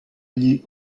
gli